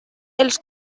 els